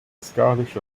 scottish